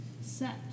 set